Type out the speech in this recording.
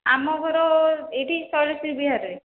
ଆମ ଘର ଏଇଠି ଶୈଳଶ୍ରୀବିହାରରେ